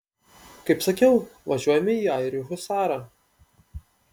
kaip sakiau važiuojame į airių husarą